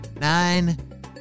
nine